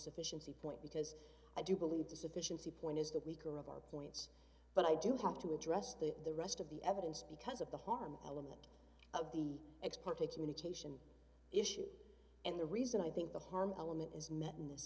sufficiency point because i do believe the sufficiency point is the weaker of our points but i do have to address the rest of the evidence because of the harm element of the ex parte communication issue and the reason i think the harm element is met in this